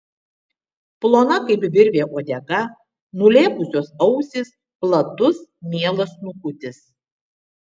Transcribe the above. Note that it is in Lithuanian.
plona kaip virvė uodega nulėpusios ausys platus mielas snukutis